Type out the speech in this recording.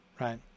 Right